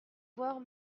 voir